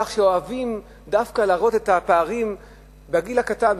לא דיברו על כך שאוהבים דווקא להראות את הפערים בגיל הקטן,